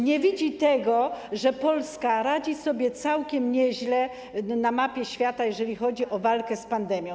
nie widzi tego, że Polska radzi sobie całkiem nieźle na mapie świata, jeżeli chodzi o walkę z pandemią.